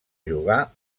jugar